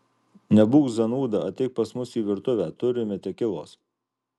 nebūk zanūda ateik pas mus į virtuvę turime tekilos